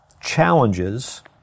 challenges